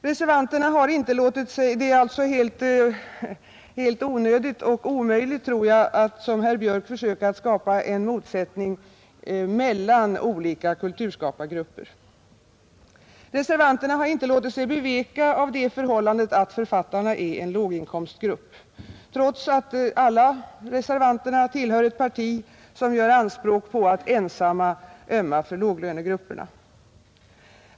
Jag tror alltså att det är helt onödigt och omöjligt att som herr Björk gör försöka skapa en motsättning mellan olika kulturskapargrupper. Reservanterna har inte låtit sig beveka av det förhållandet att författarna är en låginkomstgrupp, trots att reservanterna samtliga tillhör ett parti som gör anspråk på att ensamt ömma för låglönegrupperna.